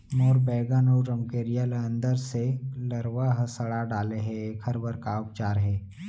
मोर बैगन अऊ रमकेरिया ल अंदर से लरवा ह सड़ा डाले हे, एखर बर का उपचार हे?